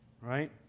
right